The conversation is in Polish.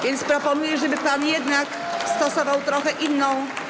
Więc proponuję, żeby pan jednak stosował trochę inną.